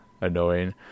annoying